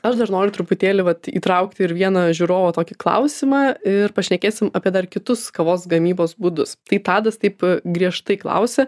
aš dar noriu truputėlį vat įtraukti ir vieną žiūrovo tokį klausimą ir pašnekėsim apie dar kitus kavos gamybos būdus tai tadas taip griežtai klausia